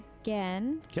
again